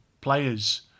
players